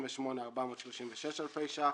28.436 אלפי שקלים.